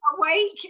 awake